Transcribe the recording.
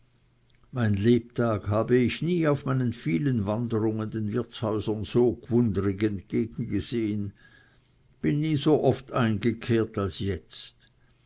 mein lebtag hab ich nie auf meinen vielen wanderungen den wirtshäusern so gwundrig entgegengesehen bin nie so oft eingekehrt als jetzt